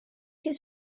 his